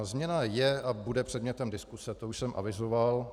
Změna je a bude předmětem diskuse, to už jsem avizoval.